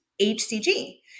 HCG